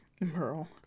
Merle